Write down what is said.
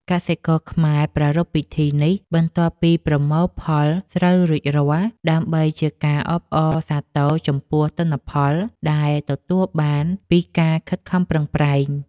កសិករខ្មែរប្រារព្ធពិធីនេះបន្ទាប់ពីប្រមូលផលស្រូវរួចរាល់ ដើម្បីជាការអបអរសាទរចំពោះទិន្នផលដែលទទួលបានពីការខិតខំប្រឹងប្រែង។